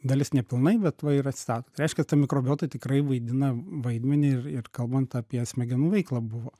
dalis nepilnai bet va ir atsistato reiškias ta mikrobiota tikrai vaidina vaidmenį ir ir kalbant apie smegenų veiklą buvo